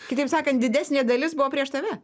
kitaip sakant didesnė dalis buvo prieš tave